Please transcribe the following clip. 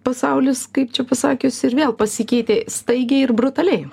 pasaulis kaip čia pasakius ir vėl pasikeitė staigiai ir brutaliai